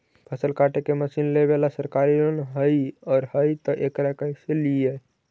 फसल काटे के मशीन लेबेला सरकारी लोन हई और हई त एकरा कैसे लियै?